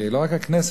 לא רק הכנסת,